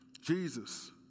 Jesus